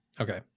Okay